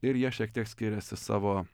ir jie šiek tiek skiriasi savo